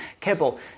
kibble